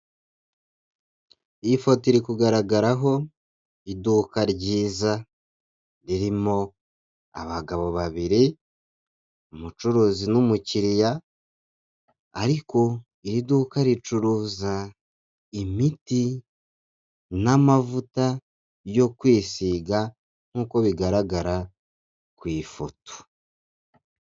Iyi foto iri kugaragaraho iduka ryiza ririmo abagabo babiri, umucuruzi numukiriya, ariko iri duka ricuruza imiti n'amavuta yo kwisiga nk'uko bigaragara ku ifoto.